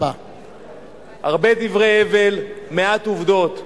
הרבה דברי הבל, מעט עובדות.